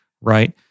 Right